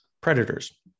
predators